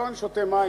לא, אני שותה מים.